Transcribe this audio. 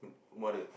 mother